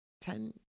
ten